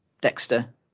Dexter